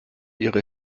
ihre